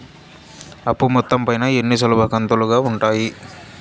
అప్పు మొత్తం పైన ఎన్ని సులభ కంతులుగా ఉంటాయి?